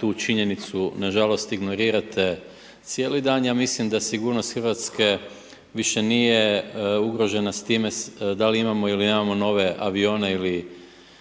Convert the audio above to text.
tu činjenicu, na žalost, ignorirate cijeli dan, ja mislim da sigurnost RH više nije ugrožena s time da li imamo ili nemamo nove avione ili